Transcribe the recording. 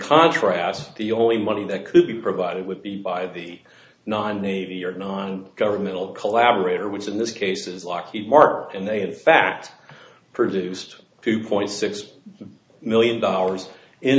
contrast the only money that could be provided with the by the non navy or non governmental collaborator which in this case is lockheed martin and they in fact produced two point six million dollars in